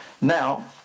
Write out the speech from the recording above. Now